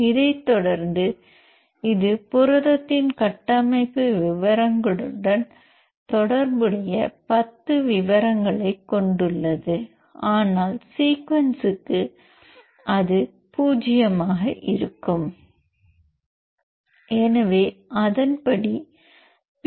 இதைத் தொடர்ந்து இது புரதத்தின் கட்டமைப்பு விவரங்களுடன் தொடர்புடைய 10 விவரங்களை கொண்டுள்ளது ஆனால் சீக்வென்ஸ்க்கு அது பூஜ்யமாக இருக்கும் எனவே அதன்படி பி